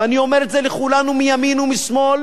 אני אומר את זה לכולנו מימין ומשמאל,